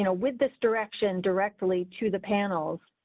you know with this direction directly to the panels.